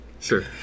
Sure